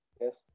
Yes